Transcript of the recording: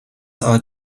are